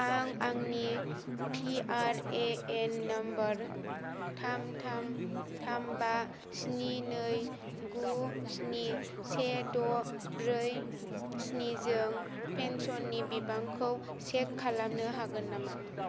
आं आंनि P R A N number थाम थाम थाम बा स्नि नै गु स्नि से द' ब्रै स्नि जों पेन्सननि बिबांखौ चेक खालामनो हागोन नामा